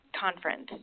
conference